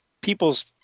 people's